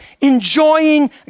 enjoying